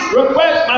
request